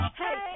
hey